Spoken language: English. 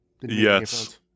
Yes